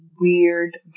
weird